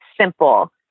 simple